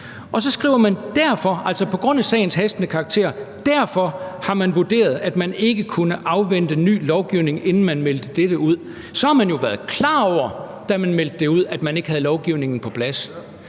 og så skriver man: »Derfor« – altså på grund af sagens hastende karakter – »har man vurderet, at man ikke kunne afvente ny lovgivning, inden man meldte dette ud.« Så har man jo været klar over, da man meldte det ud, at man ikke havde lovgivningen på plads.